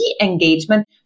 Engagement